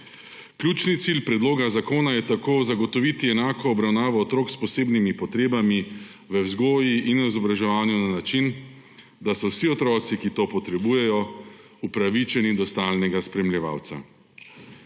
Ključni cilj predloga zakona je tako zagotoviti enako obravnavo otrok s posebnimi potrebami v vzgoji in izobraževanju na način, da so vsi otroci, ki to potrebujejo, upravičeni do stalnega spremljevalca.